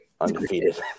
undefeated